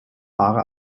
paare